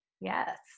yes